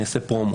אני אעשה פרומו.